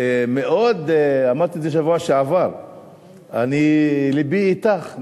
אמרתי את זה בשבוע שעבר, לבי אתך.